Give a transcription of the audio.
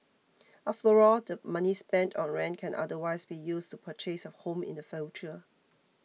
after all the money spent on rent can otherwise be used to purchase a home in the future